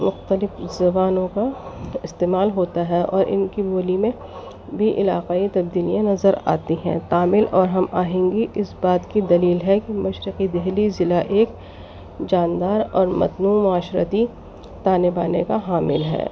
مختلف زبانوں کا استعمال ہوتا ہے اور ان کی بولی میں بھی علاقائی تبدیلیاں نظر آتی ہیں کامل اور ہم آہنگی اس بات کی دلیل ہے کہ مشرقی دہلی ضلع ایک جاندار متنوع معاشرتی تانے بانے کا حامل ہے